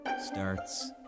starts